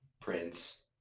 Prince